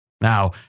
Now